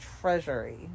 treasury